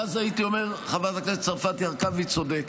ואז הייתי אומר: חברת הכנסת מטי צרפתי הרכבי צודקת.